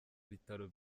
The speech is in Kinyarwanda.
bitaro